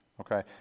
okay